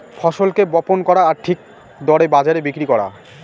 ফসলকে বপন করা আর ঠিক দরে বাজারে বিক্রি করা